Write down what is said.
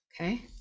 okay